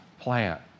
plant